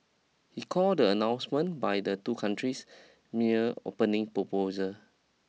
he called the announcement by the two countries mere opening proposal